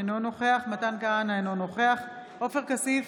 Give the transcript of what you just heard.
אינו נוכח מתן כהנא, אינו נוכח עופר כסיף,